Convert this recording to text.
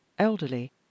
elderly